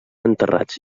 enterrats